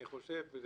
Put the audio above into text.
אני חושב,